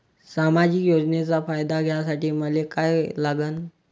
सामाजिक योजनेचा फायदा घ्यासाठी मले काय लागन?